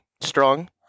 strong